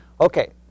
Okay